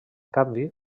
canvi